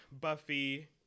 Buffy